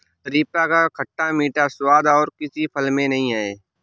शरीफा का खट्टा मीठा स्वाद और किसी फल में नही है